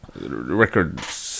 records